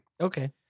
Okay